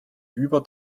über